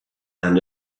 and